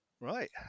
Right